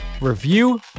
review